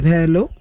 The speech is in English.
Hello